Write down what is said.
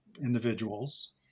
individuals